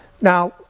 Now